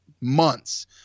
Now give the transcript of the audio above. months